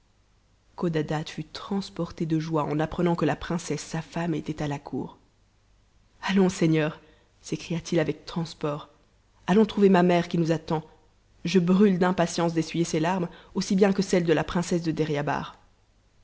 codadad fut transporté de joie en apprenant que la princesse sa femme était à la cour allons seigneur sécria t i avec transport allons trouver ma mère qui nous attend je brûle d'impatience d'essuyer ses larmes aussi bien que celles de la princesse de deryabar